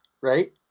Right